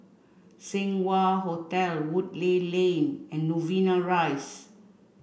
Seng Wah Hotel Woodleigh Lane and Novena Rise